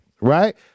right